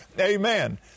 Amen